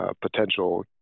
potential